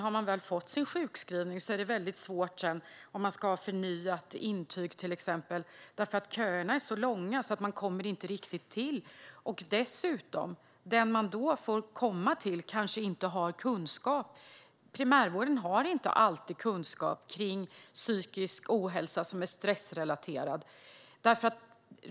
Har man väl fått sin sjukskrivning är det väldigt svårt om man till exempel ska ha förnyat intyg, för köerna är så långa att man inte riktigt kommer fram. Dessutom kanske den som man till slut får komma till inte har kunskap - primärvården har inte alltid det - kring psykisk ohälsa som är stressrelaterad.